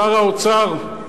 שר האוצר,